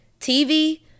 TV